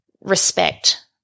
respect